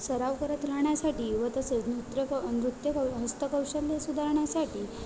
सराव करत राहण्यासाठी व तसेच नृत्यक नृत्यकौ हस्तकौशल्य सुधारण्यासाठी